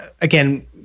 again